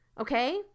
okay